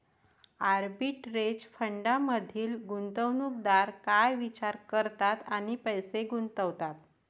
Arbitrage फंडांमधील गुंतवणूकदार काय विचार करतात आणि पैसे गुंतवतात?